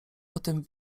potem